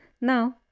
Now